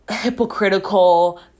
hypocritical